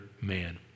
man